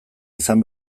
izan